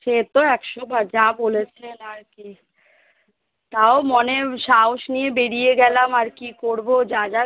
সে তো একশোবার যা বলেছেন আর কি তাও মনে সাহস নিয়ে বেরিয়ে গেলাম আর কী করবো যা যা